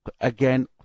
again